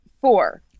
Four